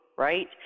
right